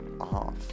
off